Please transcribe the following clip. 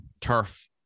turf